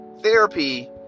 therapy